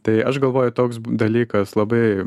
tai aš galvoju toks dalykas labai